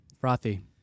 frothy